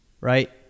right